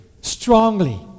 strongly